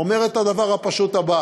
אומרת את הדבר הפשוט הזה: